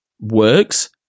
works